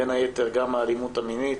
בין היתר גם האלימות המינית.